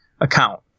account